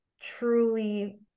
truly